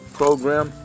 program